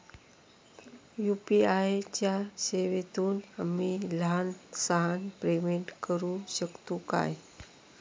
UPI च्या सेवेतून आम्ही लहान सहान पेमेंट करू शकतू काय?